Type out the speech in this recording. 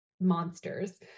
monsters